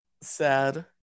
Sad